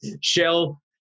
shell